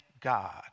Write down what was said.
God